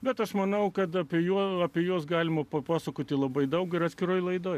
bet aš manau kad apie juos apie juos galima papasakoti labai daug ir atskiroje laidoje